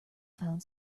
found